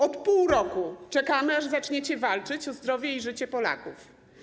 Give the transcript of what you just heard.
Od pół roku czekamy, aż zaczniecie walczyć o zdrowie i życie Polaków.